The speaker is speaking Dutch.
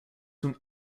toen